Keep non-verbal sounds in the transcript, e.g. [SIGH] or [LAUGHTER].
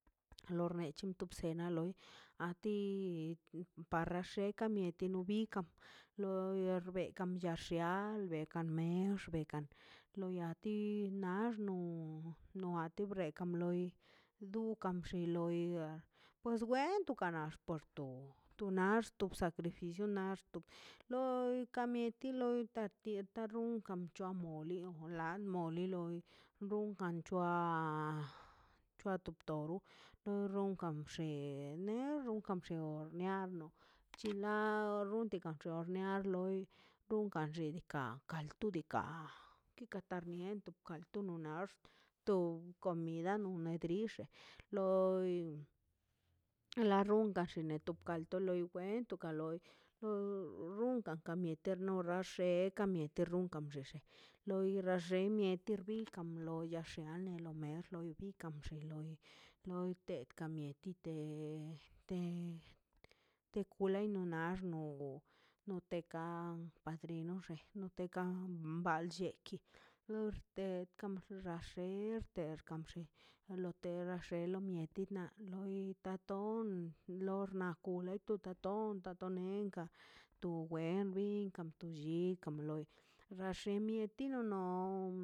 Lor ne bchunta se na loi a ti para sheka mieti lobikan lo rarbekan llall te al bekan me xbekan lo yatina nax nu no a ti brekan loi dukan bxi loi pues bwen ka to na por to tu nax to sacrificio axto loi ka mieti loi tirtan runkan cho moli la moli loi bunkan chua chua tob tob lo ronkan bxe ner ronkan bshe niarno chilan [NOISE] runka chuo rniar loi runkan xidika kal tu diikaꞌ kika termiento kika tuno naxt to comida nu na drixe loi la runkan [NOISE] xe neto puakwalto lo loi wen loi o runkan kater no rashe ka mieti kan runka rashe loi rashe mieti [NOISE] rbikan loia she mea lo mer diikaꞌn she loi loi teka ka mieti te te- te kuleinom no teka padrino xe no teka bal lleki orte kamxeka terte kan xe a lotera xe lo mieti na loi taton lor na ton kakun ton ta kanue ka to [NOISE] wen binkan to blli kam loi rashe mieti no loi no